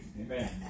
Amen